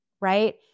right